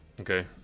Okay